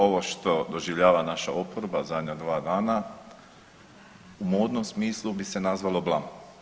Ovo što doživljava naša oporba zadnja 2 dana u modnom smislu bi se nazvalo blam.